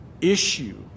issue